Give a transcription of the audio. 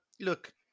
look